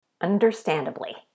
Understandably